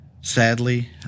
sadly